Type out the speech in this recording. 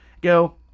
go